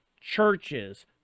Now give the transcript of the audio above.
churches